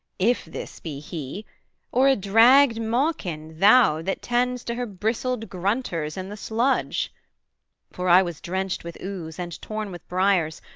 if this be he or a dragged mawkin, thou, that tends to her bristled grunters in the sludge for i was drenched with ooze, and torn with briers,